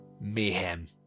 mayhem